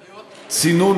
סליחה?